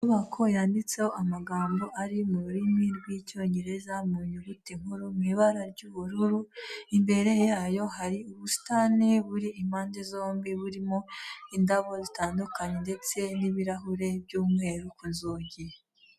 Inyubako yanditseho amagambo ari mu rurimi rw'Icyongereza mu nyuguti nkuru mu ibara ry'ubururu, imbere yayo hari ubusitani buri impande zombi, burimo indabo zitandukanye ndetse n'ibirahure by'umweru ku nzugi.